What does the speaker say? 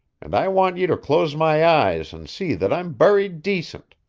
and i want you to close my eyes and see that i'm buried decent.